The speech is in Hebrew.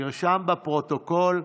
נרשם בפרוטוקול,